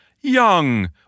young